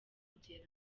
kugera